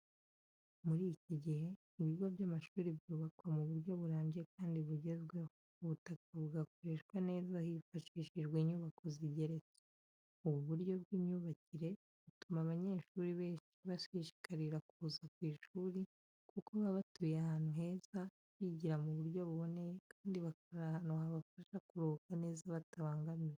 Muri iki gihe, ibigo by’amashuri byubakwa mu buryo burambye kandi bugezweho, ubutaka bugakoreshwa neza hifashishijwe inyubako zigeretse. Ubu buryo bw'imyubakire butuma abanyeshuri benshi bashishikarira kuza ku ishuri, kuko baba batuye ahantu heza, bigira mu buryo buboneye kandi bakarara ahantu habafasha kuruhuka neza batabangamiwe.